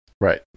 Right